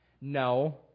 No